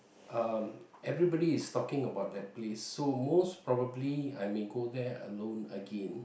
everybody is talking about that place so most probably I may go there alone again